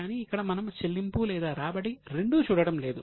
కానీ ఇక్కడ మనము చెల్లింపు లేదా రాబడి రెండూ చూడటం లేదు